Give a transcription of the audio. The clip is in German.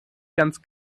ganz